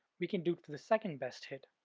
we can do it for the second best hit.